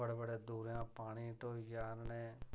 बड़े बड़े दूरा पानी ढोहियै आह्नने